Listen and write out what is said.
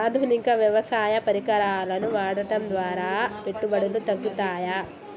ఆధునిక వ్యవసాయ పరికరాలను వాడటం ద్వారా పెట్టుబడులు తగ్గుతయ?